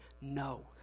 no